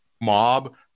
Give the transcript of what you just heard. mob